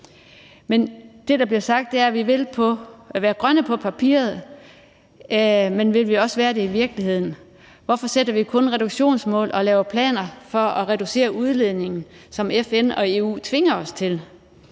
Det, der bliver sagt, er, at vi vil være grønne på papiret. Men vil vi også være det i virkeligheden? Hvorfor sætter vi kun reduktionsmål og laver planer for at reducere udledningen, som FN og EU tvinger os til?